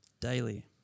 daily